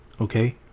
okay